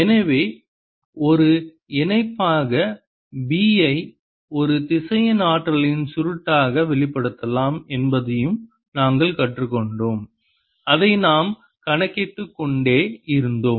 எனவே ஒரு இணைப்பாக B ஐ ஒரு திசையன் ஆற்றலின் சுருட்டாக வெளிப்படுத்தலாம் என்பதையும் நாங்கள் கற்றுக்கொண்டோம் அதை நாம் கணக்கிட்டுக்கொண்டே இருந்தோம்